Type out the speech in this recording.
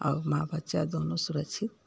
और माँ बच्चा दोनों सुरक्षित